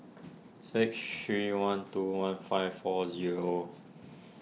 six three one two one five four zero